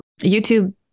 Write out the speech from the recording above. YouTube